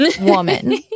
woman